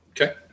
Okay